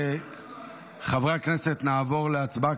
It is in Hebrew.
חברי הכנסת, נעבור להצבעה.